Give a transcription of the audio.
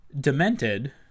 Demented